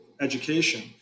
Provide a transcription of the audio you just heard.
education